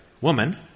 Woman